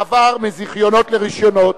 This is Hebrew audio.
(מעבר מזיכיונות לרשיונות).